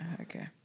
Okay